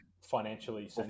Financially